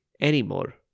anymore